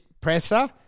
presser